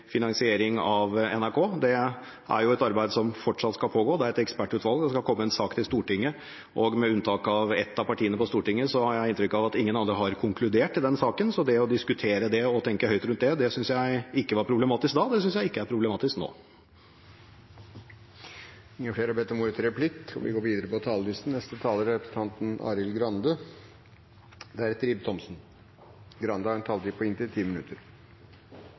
finansiering av NRK. Det er et arbeid som fortsatt skal pågå – det er et ekspertutvalg som skal komme med en sak til Stortinget. Med unntak av ett av partiene på Stortinget har jeg inntrykk av at ingen har konkludert i denne saken. Så det å diskutere dette og tenke høyt rundt dette syntes jeg ikke var problematisk da, og det synes jeg ikke er problematisk nå. Replikkordskiftet er omme. Når Marit Bjørgen tar til tårene etter